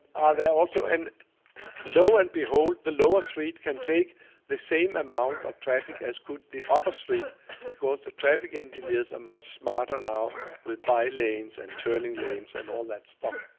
are there, also. and lo and behold, the lower street can take the same amount of traffic as could the upper street because the traffic engineers are much smarter now with bylanes and turning lanes and all that stuff.